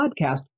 podcast